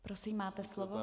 Prosím, máte slovo.